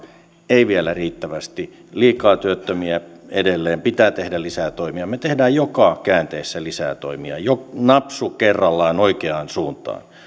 ei vielä riittävästi liikaa työttömiä edelleen pitää tehdä lisää toimia me teemme joka käänteessä lisää toimia napsu kerrallaan oikeaan suuntaan